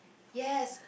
yes